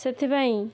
ସେଥିପାଇଁ